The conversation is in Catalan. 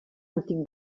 antic